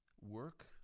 Work